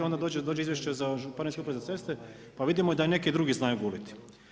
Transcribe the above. Onda dođe izvješće županijske Uprave za ceste pa vidimo da i neki drugi znaju guliti.